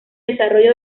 desarrollo